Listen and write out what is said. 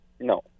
No